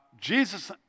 Jesus